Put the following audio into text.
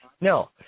No